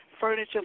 furniture